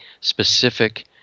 specific